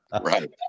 right